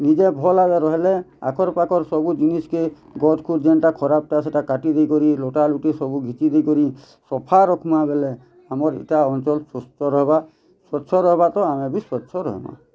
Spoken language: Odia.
ନିଜେ ଭଲ୍ ଏକା ରହିଲେ ଆଖର୍ ପାଖର୍ ସବୁ ଜିନିଷ୍ କେ ଗଛ କୁ ଯେନ୍ତା ଖରାପ୍ ଟା ସେଇଟା କାଟି ଦେଇ କରି ଲୋଟା ଲୁଟି ସବୁ ଘିଚି ଦେଇ କରି ସଫା ରଖ୍ ମା ବେଲେ ଆମର୍ ଟା ଅଞ୍ଚଲ୍ ସୁସ୍ଥ ରହିବା ସ୍ଵଚ୍ଛ ରହିବା ତ ଆମେ ବି ସ୍ଵଚ୍ଛ ରହିମା